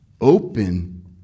open